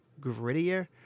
grittier